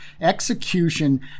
execution